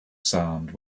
sound